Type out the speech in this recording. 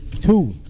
Two